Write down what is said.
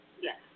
Yes